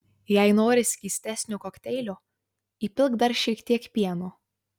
jei nori skystesnio kokteilio įpilk dar šiek tiek pieno